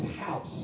house